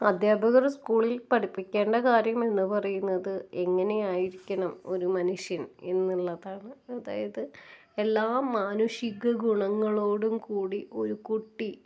അധ്യാപകര് സ്കൂളിൽ പഠിപ്പിക്കേണ്ട കാര്യം എന്ന് പറയുന്നത് എങ്ങനെയായിരിക്കണം ഒരു മനുഷ്യൻ എന്നുള്ളതാണ് അതായത് എല്ലാ മാനുഷിക ഗുണങ്ങളോടും കൂടി ഒരു കുട്ടി